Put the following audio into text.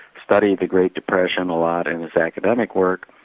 studied the great depression a lot in his academic work,